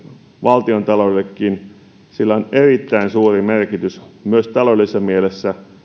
valtiontaloudellekin on erittäin suuri merkitys myös taloudellisessa mielessä